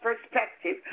perspective